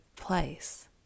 place